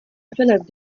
philip